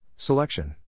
Selection